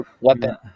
weapon